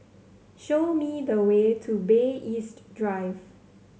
show me the way to Bay East Drive